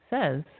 says